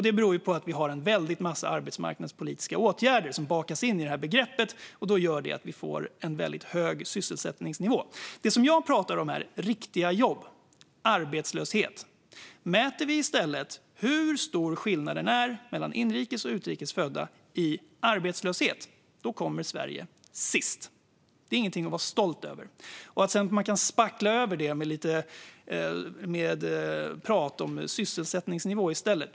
Det beror på att vi har en väldig massa arbetsmarknadspolitiska åtgärder som bakas in i begreppet, och det gör att vi får en hög sysselsättningsnivå. Det som jag pratar om är riktiga jobb och arbetslöshet. Mäter vi i stället hur stor skillnaden är mellan inrikes och utrikes födda i arbetslöshet, då kommer Sverige sist. Det är inget att vara stolt över. Sedan kan man spackla över det med prat om sysselsättningsnivåer.